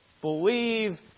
Believe